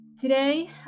Today